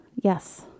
Yes